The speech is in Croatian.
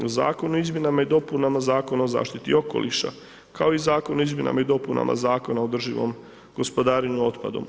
Zakon o izmjenama i dopunama zakona o zaštiti okoliša, kao i Zakon o izmjenama i dopunama zakona o održivom gospodarenju otpadom.